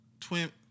Twin